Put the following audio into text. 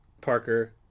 Parker